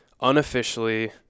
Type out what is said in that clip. Unofficially